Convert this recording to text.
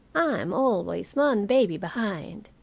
i am always one baby behind,